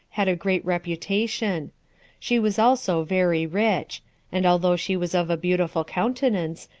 had a great reputation she was also very rich and although she was of a beautiful countenance,